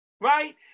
right